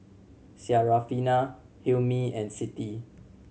Syarafina Hilmi and Siti